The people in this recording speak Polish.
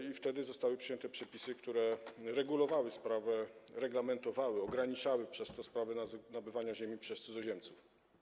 I wtedy zostały przyjęte przepisy, które regulowały tę sprawę, reglamentowały, ograniczały przez to prawa nabywania ziemi przez cudzoziemców.